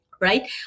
right